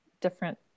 different